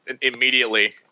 immediately